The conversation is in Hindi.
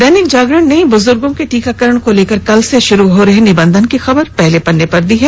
दैनिक जागरण ने बुजूर्गों के टीकाकरण को लेकर कल से शुरू हो रहे निबंधन की खबर को पहले पन्ने पर जगह दी है